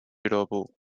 俱乐部